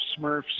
Smurfs